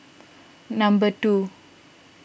number two